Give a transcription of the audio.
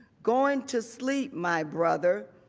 going to sleep my brother.